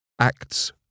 Acts